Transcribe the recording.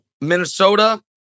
Minnesota